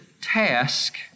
task